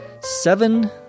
seven